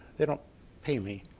they don't pay me,